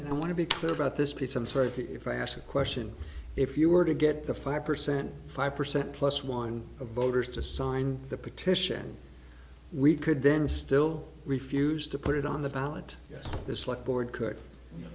and i want to be clear about this piece i'm sorry if i ask the question if you were to get the five percent five percent plus one of voters to sign the petition we could then still refuse to put it on the ballot this like board could